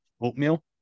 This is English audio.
oatmeal